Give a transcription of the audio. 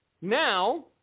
Now